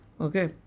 okay